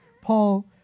Paul